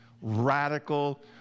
radical